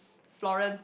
Florence